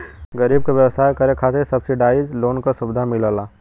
गरीब क व्यवसाय करे खातिर सब्सिडाइज लोन क सुविधा मिलला